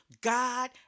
God